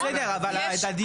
בסדר, אבל ההדדיות.